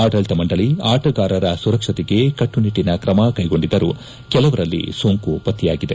ಆದಳಿತ ಮಂಡಳಿ ಆಟಗಾರರ ಸುರಕ್ಷತೆಗೆ ಕಟ್ಟು ನಿಟ್ಟಿನ ಕ್ರಮ ಕೈಗೊಂಡಿದ್ದರೂ ಕೆಲವರಲ್ಲಿ ಸೋಂಕು ಪತ್ತೆಯಾಗಿದೆ